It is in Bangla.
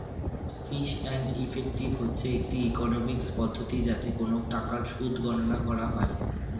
ফিস অ্যান্ড ইফেক্টিভ হচ্ছে একটি ইকোনমিক্স পদ্ধতি যাতে কোন টাকার সুদ গণনা করা হয়